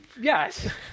Yes